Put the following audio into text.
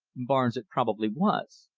barnes it probably was,